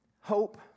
hope